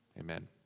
Amen